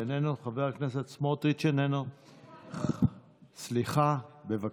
חבר הכנסת סמוטריץ', איננו, סליחה, בבקשה.